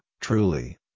truly